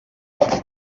peix